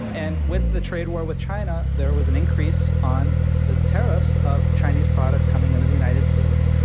and with the trade war with china, there was an increase on the tariffs of chinese products coming into the united states.